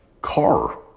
car